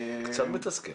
קצת מתסכל.